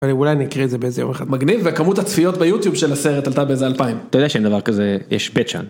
אני אולי נקריא את זה באיזה יום אחד מגניב, וכמות הצפיות ביוטיוב של הסרט עלתה באיזה אלפיים. אתה יודע שאין דבר כזה, יש בית שם.